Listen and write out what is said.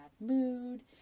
mood